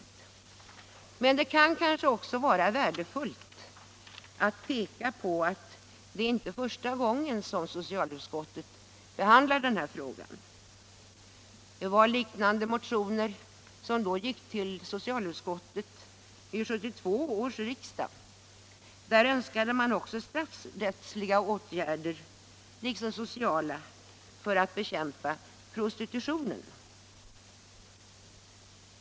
Men det kan kanske också vara värdefullt att understryka att det inte är första gången som socialutskottet behandlar den här frågan. Vid 1972 års riksdag gick liknande motioner till socialutskottet. I de motionerna framfördes också önskemål om straffrättsliga åtgärder, liksom sociala, för att bekämpa prostitutionen.